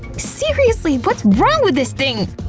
seriously, what's wrong with this thing?